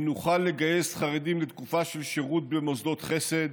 אם נוכל לגייס חרדים לתקופה של שירות במוסדות חסד,